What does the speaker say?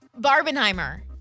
Barbenheimer